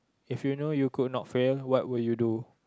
if you know you could not fail what would you do